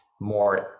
more